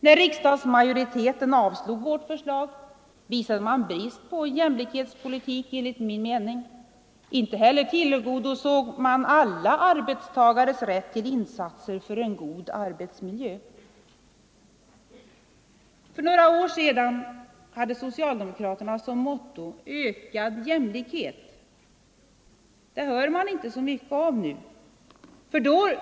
När riksdagsmajoriteten avslog vårt förslag visade man enligt min mening brist på jämlikhetspolitik. Inte heller tillgodosåg man alla arbetstagares rätt till insatser för en god arbetsmiljö. För några år sedan hade socialdemokraterna som motto: Ökad jämlikhet. Det hör man inte så mycket av nu.